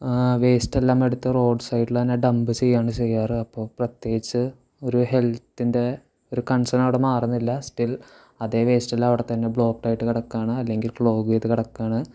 waste എല്ലാം എടുത്ത് road സൈഡിൽ തന്നെ ഡമ്പ് ചെയ്യുവാണ് ചെയ്യാറ് അപ്പോൾ പ്രത്യേകിച്ച് ഒരു ഹെൽത്തിൻ്റെ ഒരു കൺസേൺ അവിടെ മാറുന്നില്ല സ്റ്റിൽ അതേ വേസ്റ്റ് എല്ലാം അവിടെ തന്നെ ബ്ലോക്ക്ഡ് ആയിട്ട് കിടക്കുവാണ് അല്ലെങ്കിൽ ക്ലോഗ് ചെയ്ത് കിടക്കുവാണ്